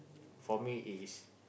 for me is